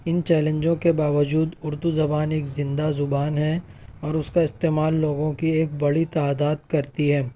ان چیلینجوں کے باوجود اردو زبان ایک زندہ زبان ہے اور اس کا استعمال لوگوں کی ایک بڑی تعداد کرتی ہے